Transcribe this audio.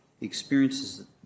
experiences